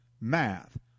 math